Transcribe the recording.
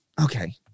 okay